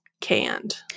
canned